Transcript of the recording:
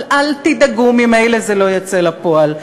אבל אל תדאגו, ממילא זה לא יצא לפועל.